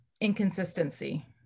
inconsistency